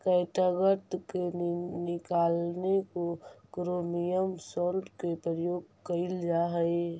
catgut के निकालने में क्रोमियम सॉल्ट के प्रयोग कइल जा हई